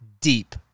deep